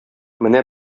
менә